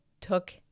took